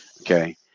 Okay